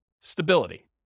stability